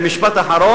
יפה, משפט אחרון.